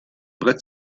brett